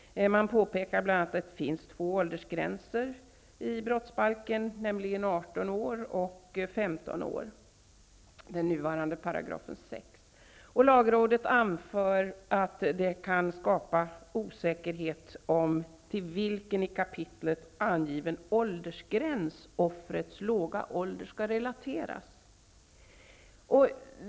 Man påpekar bl.a. att det finns två åldersgränser i brottsbalken, nämligen 18 år och 15 år, i nuvarande 6 §. Lagrådet anför att det kan skapa osäkerhet om till vilken i kapitlet angiven åldersgräns offrets låga ålder skall relateras.